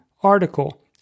article